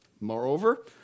Moreover